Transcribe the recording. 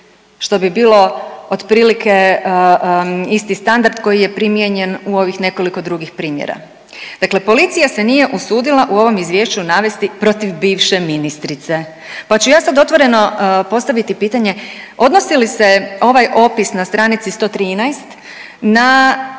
što bi bilo otprilike isti standard koji je primijenjen u ovih nekoliko drugih primjera. Dakle, policija se nije usudila u ovom izvješću navesti protiv bivše ministrice. Pa ću ja sad otvoreno postaviti pitanje, odnosi li se ovaj opis na stranici 113 na